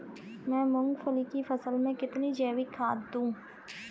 मैं मूंगफली की फसल में कितनी जैविक खाद दूं?